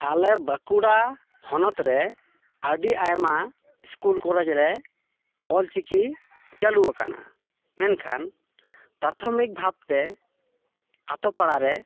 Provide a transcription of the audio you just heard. ᱟᱞᱮ ᱵᱟᱠᱩᱲᱟ ᱦᱚᱱᱚᱛ ᱨᱮ ᱟᱹᱰᱤ ᱟᱭᱢᱟ ᱤᱥᱠᱩᱞ ᱠᱚᱞᱮᱡ ᱨᱮ ᱚᱞ ᱪᱤᱠᱤ ᱪᱟᱹᱞᱩ ᱟᱠᱟᱱᱟ ᱢᱮᱱᱠᱷᱟᱱ ᱯᱨᱟᱛᱷᱚᱢᱤᱠ ᱵᱷᱟᱵᱛᱮ ᱟᱛᱳ ᱯᱟᱲᱟ ᱨᱮ